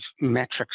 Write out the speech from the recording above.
metrics